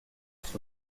sous